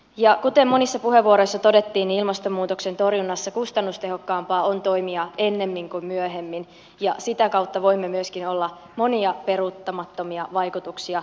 ja kuten monissa puheenvuoroissa todettiin ilmastonmuutoksen torjunnassa kustannustehokkaampaa on toimia ennemmin kuin myöhemmin ja sitä kautta voimme myöskin olla monia peruuttamattomia vaikutuksia ehkäisemässä